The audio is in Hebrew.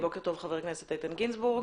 התש"ף-2020.